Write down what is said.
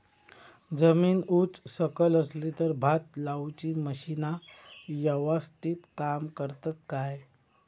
जमीन उच सकल असली तर भात लाऊची मशीना यवस्तीत काम करतत काय?